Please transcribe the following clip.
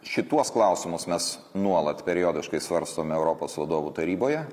šituos klausimus mes nuolat periodiškai svarstome europos vadovų taryboje